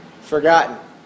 forgotten